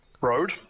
road